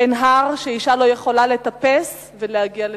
אין הר שאשה לא יכולה לטפס ולהגיע לפסגתו.